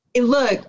look